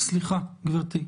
סליחה, גבירתי.